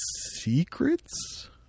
secrets